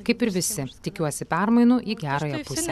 kaip ir visi tikiuosi permainų į gerąją pusę